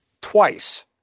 twice